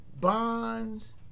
Bonds